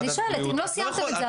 אני שואלת: אם לא סיימתם את זה,